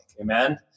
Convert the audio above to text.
Amen